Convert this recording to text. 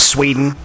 Sweden